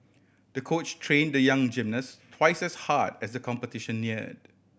the coach train the young gymnast twice as hard as the competition neared